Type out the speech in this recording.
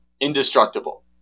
indestructible